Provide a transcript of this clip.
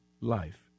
life